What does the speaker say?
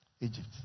Egypt